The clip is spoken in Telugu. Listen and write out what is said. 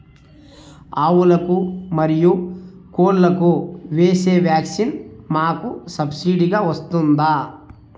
ఆవులకు, మరియు కోళ్లకు వేసే వ్యాక్సిన్ మాకు సబ్సిడి గా వస్తుందా?